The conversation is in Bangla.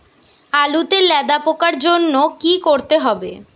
আলুতে লেদা পোকার জন্য কি করতে হবে?